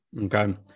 Okay